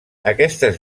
aquestes